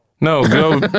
no